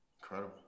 Incredible